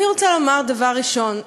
אני רוצה לומר, דבר ראשון,